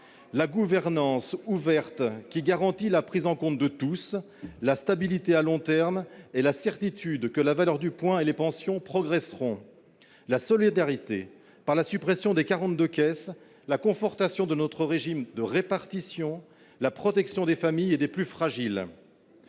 la gouvernance ouverte qui garantit la prise en compte de tous, la stabilité à long terme et la certitude que la valeur du point et les pensions progresseront ; la solidarité par la suppression des 42 caisses, la confortation de notre régime de répartition et la protection des familles et des plus fragiles.